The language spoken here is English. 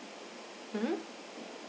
mmhmm